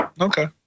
Okay